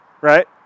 Right